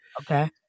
Okay